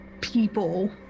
people